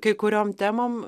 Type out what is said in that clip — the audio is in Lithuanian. kai kuriom temom